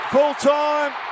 Full-time